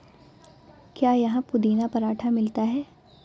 क्या यहाँ पुदीना पराठा मिलता है?